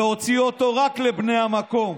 והוציא אותו רק לבני המקום,